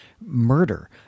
murder